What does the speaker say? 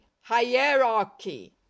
hierarchy